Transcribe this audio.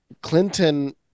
clinton